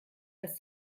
als